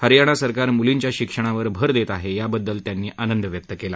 हरयाणा सरकार मुलींच्या शिक्षणावर भर देत आहे याबद्दल यांनी आंनद व्यक्त केला